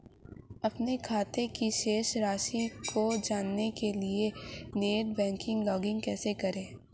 अपने खाते की शेष राशि की जांच करने के लिए नेट बैंकिंग पर लॉगइन कैसे करें?